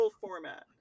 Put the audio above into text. format